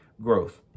growth